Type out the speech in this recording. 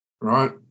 right